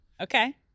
Okay